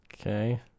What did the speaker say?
Okay